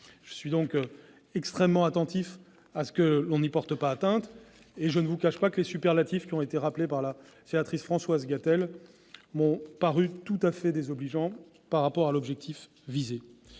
Je suis donc extrêmement attentif à ce qu'il n'y soit pas porté atteinte. Je ne vous cache pas que les qualificatifs rappelés par Mme la sénatrice Françoise Gatel m'ont paru tout à fait désobligeants par rapport à l'objectif visé.